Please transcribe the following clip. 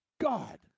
God